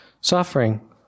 Suffering